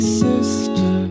sister